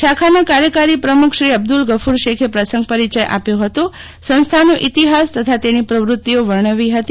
શાખાના કાર્યકારી પ્રમુખ શ્રી અબ્દુલ ગફુર શેખે પ્રસંગ પરિચય આપ્યો હતો સંસ્થાનો ઈતિફાસ તથા તેની પ્રવત્તિઓ વર્ણવી હતી